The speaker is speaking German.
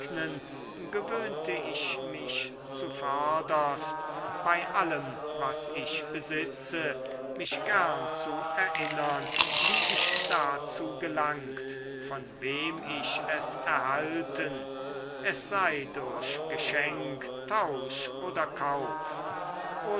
gewöhnte ich mich zuvörderst bei allem was ich besitze mich gern zu erinnern wie ich dazu gelangt von wem ich es erhalten es sei durch geschenk tausch oder kauf